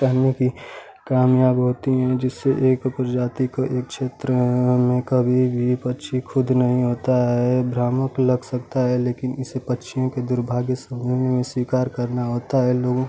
करने की कामयाब होती है जिससे एक प्रजाति को एक क्षेत्र में रहने कभी भी पक्षी खुद नहीं आता है भ्रामक लग सकता है लेकिन इसे पक्षियों के दुर्भाग्य समझ में स्वीकार करना होता है लोगों